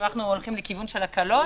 כשאנחנו הולכים לכיוון של הקלות,